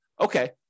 okay